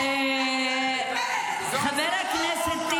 --- חברי הכנסת.